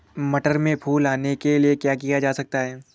मटर में फूल आने के लिए क्या किया जा सकता है?